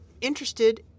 interested